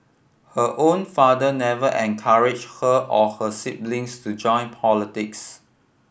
her own father never encouraged her or her siblings to join politics